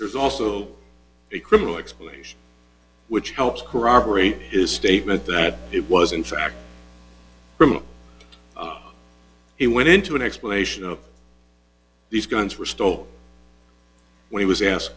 there's also a criminal explanation which helps corroborate his statement that it was in fact criminal he went into an explanation of these guns were stole when he was asked